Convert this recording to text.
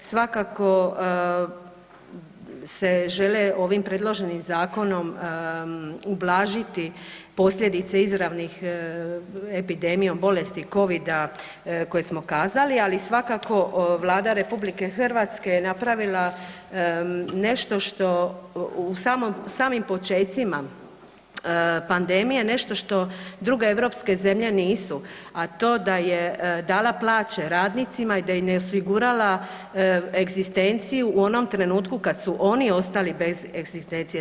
Svakako se žele ovim predloženim zakonom ublažiti posljedice izravnih epidemijom bolesti covida koje smo kazali, ali svakako Vlada RH je napravila nešto u samim počecima pandemije nešto što druge europske zemlje nisu, a to da je dala plaće radnicima i da im je osigurala egzistenciju u onom trenutku kada su oni ostali bez egzistencije.